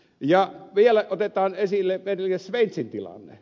otetaan vielä esille sveitsin tilanne